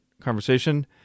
conversation